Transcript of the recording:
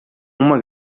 uma